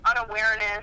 unawareness